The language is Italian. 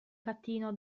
catino